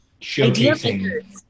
showcasing